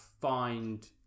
find